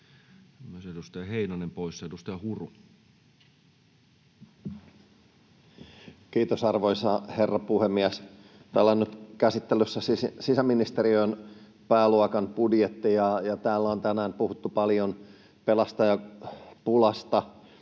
hallinnonala Time: 19:39 Content: Kiitos, arvoisa herra puhemies! Täällä on nyt käsittelyssä sisäministeriön pääluokan budjetti, ja täällä on tänään puhuttu paljon pelastajapulasta